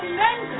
men